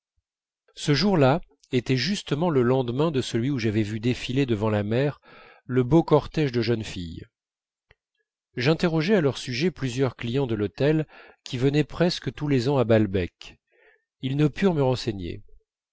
ce jour-là était justement le lendemain de celui où j'avais vu défiler devant la mer le beau cortège de jeunes filles j'interrogeai à leur sujet plusieurs clients de l'hôtel qui venaient presque tous les ans à balbec ils ne purent me renseigner